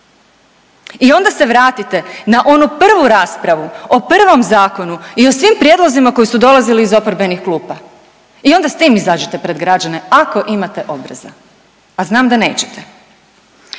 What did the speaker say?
i onda se vratite na onu prvu raspravu o prvom zakonu i o svim prijedlozima koji su dolazili iz oporbenih klupa i onda s tim izađite pred građane ako imate obraza, a znam da nećete.